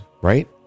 right